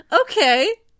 Okay